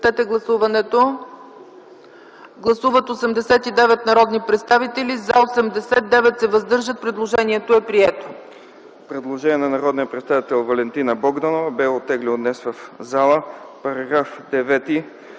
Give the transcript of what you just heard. Предложението е прието.